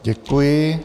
Děkuji.